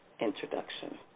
introduction